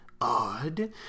odd